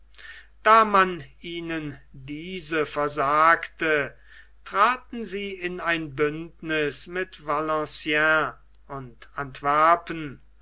da man ihnen diese versagte traten sie in ein bündniß mit valenciennes und antwerpen